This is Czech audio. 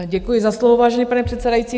Děkuji za slovo, vážený pane předsedající.